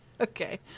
Okay